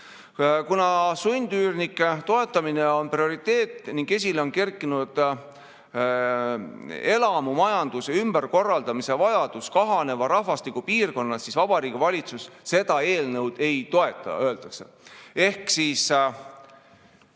Kuna sundüürnike toetamine on prioriteet ning esile on kerkinud elamumajanduse ümberkorraldamise vajadus kahaneva rahvastikuga piirkonnas, siis Vabariigi Valitsus seda eelnõu ei toeta, öeldakse. [Öeldakse